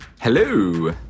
Hello